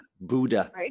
Buddha